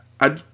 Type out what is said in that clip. I